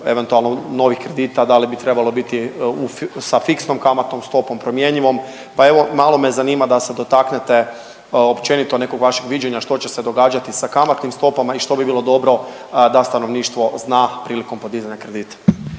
eventualno novih kredita da li bi trebalo biti sa fiksnom kamatnom stopom, promjenjivom, pa evo malo me zanima da se dotaknete općenito nekog vašeg viđenja što će se događati sa kamatnim stopama i što bi bilo dobro da stanovništva zna prilikom podizanja kredita.